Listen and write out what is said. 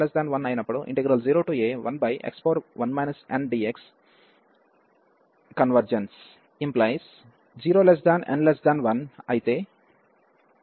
0n1 అయినప్పుడు 0a1x1 ndx convergence ⟹ 0n1అయితే Γnకన్వెర్జెన్స్ జరుగుతుంది